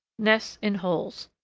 nests in holes.